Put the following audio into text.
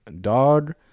dog